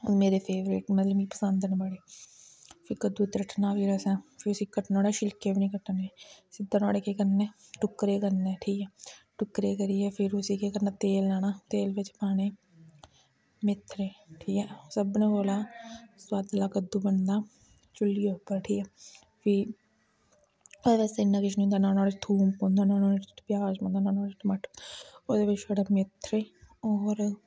मेरे फेवरट मतलब मिगी पसंद न बड़े फ्ही कद्दूं त्रट्टना फिर असें फ्ही उसी कट्टना नोहाड़े छिल्के बी निं कट्टने सिद्धा नोहाड़े केह् करने टुक्करे करने ठीक ऐ टुक्करे करियै फिर उसी केह् करना तेल लैना तेल बिच्च पाने मथेरे सभनें कोला सोआदला कद्दू बनदा चुल्ली उप्पर ठीक ऐ फ्ही ओह्दे आस्तै इन्ना कुछ निं होंदा नां नोहाड़े बिच्च थोम पौंदा नां नुहाड़े च प्याज़ पौंदा ना नोहाड़े च टमाटर ओह्दे बिच्च छड़े मेथरे होर